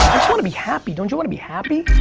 just wanna be happy, don't you wanna be happy?